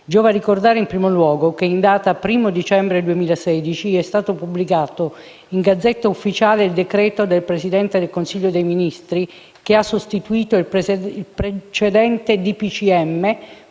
Giova ricordare, in primo luogo, che in data primo dicembre 2016 è stato pubblicato in *Gazzetta Ufficiale* il decreto del Presidente del Consiglio dei ministri che ha sostituito il precedente